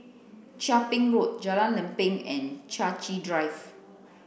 Chia Ping Road Jalan Lempeng and Chai Chee Drive